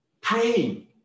Praying